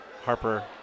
Harper